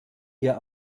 ihr